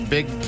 Big